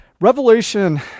Revelation